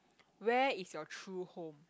where is your true home